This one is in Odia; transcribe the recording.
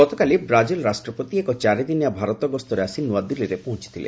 ଗତକାଲି ବ୍ରାଜିଲ୍ ରାଷ୍ଟ୍ରପତି ଏକ ଚାରିଦିନିଆ ଭାରତ ଗସ୍ତରେ ଆସି ନୂଆଦିଲ୍ଲୀରେ ପହଞ୍ଚଥିଲେ